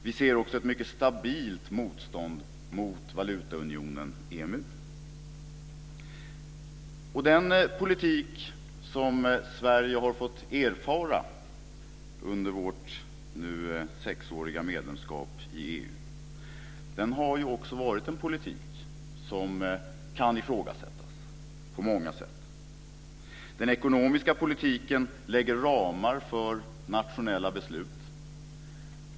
Vi ser också ett mycket stabilt motstånd mot valutaunionen EMU. Den politik som Sverige har fått erfara under vårt nu sexåriga medlemskap i EU har varit en politik som kan ifrågasättas på många sätt. Den ekonomiska politiken sätter ramar för nationella beslut.